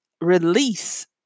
release